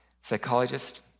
psychologist